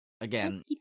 again